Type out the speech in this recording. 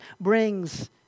brings